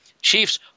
Chiefs